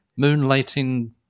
moonlighting